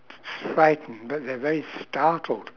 frightened but they're very startled